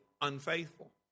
unfaithful